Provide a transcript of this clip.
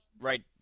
right